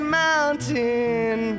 mountain